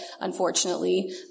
unfortunately